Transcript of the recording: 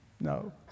No